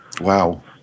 Wow